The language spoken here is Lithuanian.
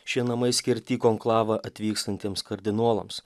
šie namai skirti į konklavą atvykstantiems kardinolams